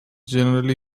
generally